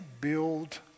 build